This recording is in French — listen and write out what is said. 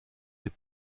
les